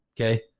Okay